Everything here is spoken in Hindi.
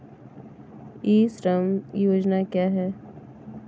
ई श्रम योजना क्या है?